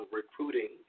recruiting